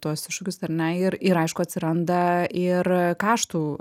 tuos iššūkius ar ne ir ir aišku atsiranda ir kaštų